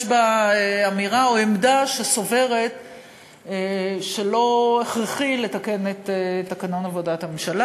יש בה אמירה או עמדה שלפיה הכרחי לתקן את תקנון עבודת הממשלה.